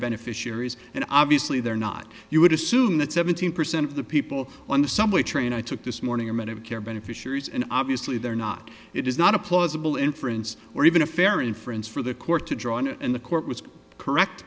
beneficiaries and obviously they're not you would assume that seventeen percent of the people on the subway train i took this morning are medicare beneficiaries and obviously they're not it is not a plausible inference or even a fair inference for the court to draw on and the court was correct